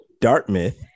Dartmouth